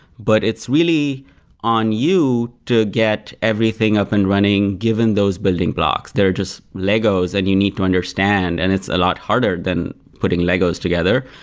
but it's really on you to get everything up and running given those building blocks. they're just legos and you need to understand. and it's a lot harder than putting legos together,